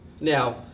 Now